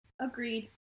Agreed